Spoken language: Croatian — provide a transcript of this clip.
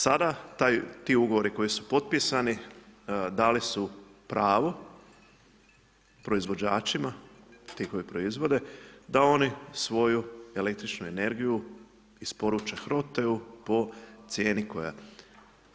Sada ti ugovori koji su potpisani dali su pravo proizvođačima, ti koji proizvod da oni svoju električnu energiju isporuče HROTE-u po cijeni koja je.